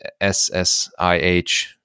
SSIH